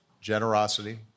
generosity